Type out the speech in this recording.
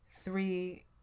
Three